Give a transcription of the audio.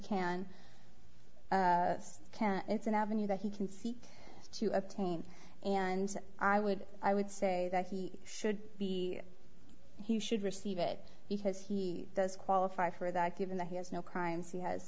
can it's an avenue that he can seek to obtain and i would i would say that he should be he should receive it because he does qualify for that given that he has no crimes he has